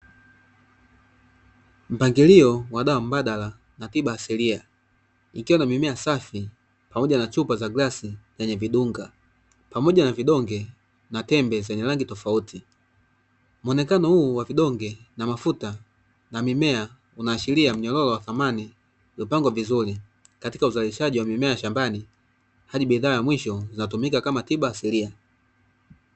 Mpangilio wa dawa mbadala na tiba asilia ikiwa na mimea safi pamoja na chupa za glasi yenye vidunga, pamoja na vidonge na tembe zenye rangi tofauti muonekano huu wa vidonge na mafuta na mimea, unaashiria mnyororo wa thamani uliopangwa vizuri katika uzalishaji wa mimea shambani hadi bidhaa ya mwisho zinatumika kama tiba asilia.